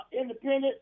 independent